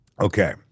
Okay